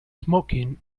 smoking